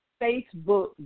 Facebook